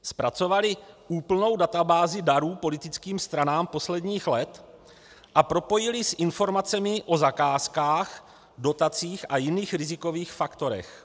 Zpracovali úplnou databázi darů politickým stranám posledních let a propojili s informacemi o zakázkách, dotacích a jiných rizikových faktorech.